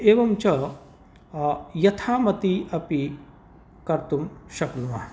एवं च यथामति अपि कर्तुं शक्नुमः